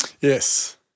Yes